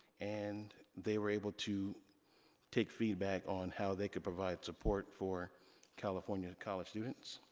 and, they were able to take feedback on how they could provide support for california college students.